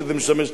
שזה משמש להיפך.